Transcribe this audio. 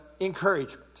encouragement